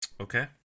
Okay